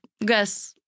Guess